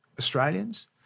Australians